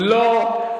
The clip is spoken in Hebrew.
לא.